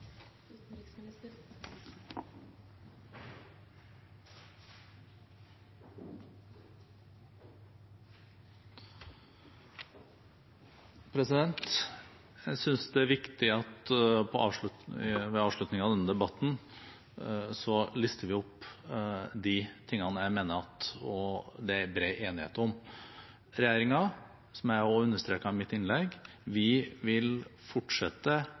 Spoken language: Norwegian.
Jeg synes det er viktig at vi ved avslutningen av denne debatten lister opp de tingene jeg mener at det er bred enighet om. Regjeringen vil – som jeg også understreket i mitt innlegg – fortsette